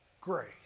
grace